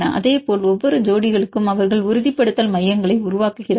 அதேபோல் ஒவ்வொரு ஜோடிகளுக்கும் அவர்கள் உறுதிப்படுத்தல் மையங்களை உருவாக்குகிறார்கள்